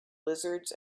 lizards